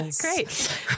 Great